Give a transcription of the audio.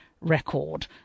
record